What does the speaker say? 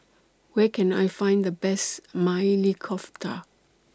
Where Can I Find The Best Maili Kofta